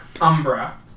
umbra